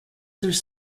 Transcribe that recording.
through